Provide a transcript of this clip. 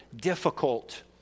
difficult